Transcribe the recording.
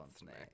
snake